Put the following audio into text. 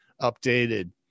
updated